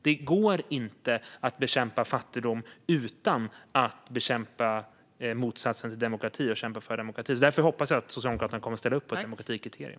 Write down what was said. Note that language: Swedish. Det går inte att bekämpa fattigdom utan att bekämpa motsatsen till demokrati och kämpa för demokrati. Därför hoppas jag att Socialdemokraterna kommer att ställa upp på ett demokratikriterium.